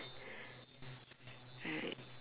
right